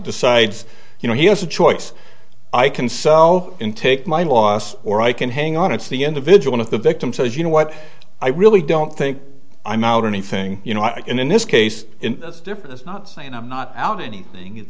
decides you know he has a choice i can sew in take my loss or i can hang on it's the individual if the victim says you know what i really don't think i'm out anything you know i can in this case that's different it's not saying i'm not out anything it